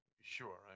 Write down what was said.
sure